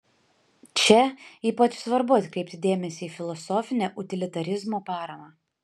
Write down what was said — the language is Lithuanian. čia ypač svarbu atkreipti dėmesį į filosofinę utilitarizmo paramą